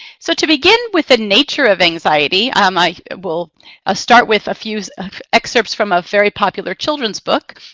so to begin with the nature of anxiety, um i will ah start with a few excerpts from a very popular children's book.